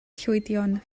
llwydion